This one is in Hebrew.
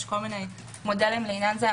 יש כל מיני מודלים לעניין זה.